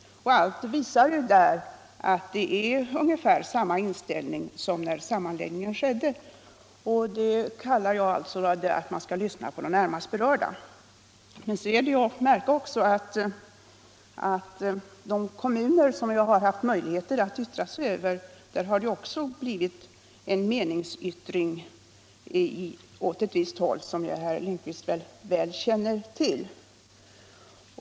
Dessa opinionsyttringar visar att man har ungefär samma inställning som när sammanläggningen skedde. Det är vad jag avser när jag säger att man skall lyssna till de närmaste berörda. Det är också att märka att de kommuner som haft möjligheter att yttra sig har avgivit en meningsyttring som gått åt ett visst håll, något som herr Lindkvist förmodligen väl känner till.